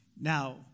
Now